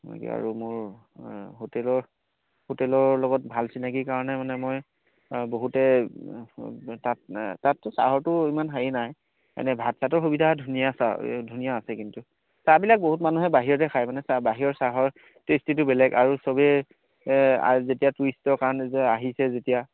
তেনেকৈ আৰু মোৰ হোটেলৰ হোটেলৰ লগত ভাল চিনাকী কাৰণে মানে মই বহুতে তাত তাত চাহৰটো ইমান হেৰি নাই এনে ভাত চাতৰ সুবিধা ধুনীয়া চাহ ধুনীয়া আছে কিন্তু চাহবিলাক বহুত মানুহে বাহিৰতে খায় মানে চাহ বাহিৰৰ চাহৰ টেষ্টিটো বেলেগ আৰু সবেই যেতিয়া টুৰিষ্টৰ কাৰণে যে আহিছে যেতিয়া